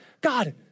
God